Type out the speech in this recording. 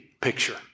picture